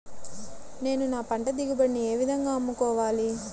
నేను నా పంట దిగుబడిని ఏ విధంగా అమ్ముకోవాలి?